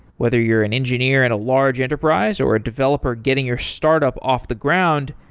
whether you're an engineer at a large enterprise, or a developer getting your startup off the ground,